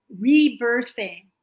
rebirthing